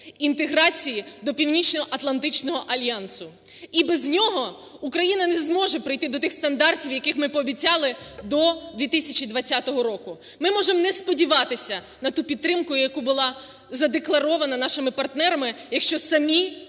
інтеграції до Північноатлантичного альянсу. І без нього Україна не зможе прийти до тих стандартів, які ми пообіцяли до 2020 року. Ми можемо не сподіватися на ту підтримку, яка була задекларована нашими партнерами, якщо самі